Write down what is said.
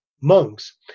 monks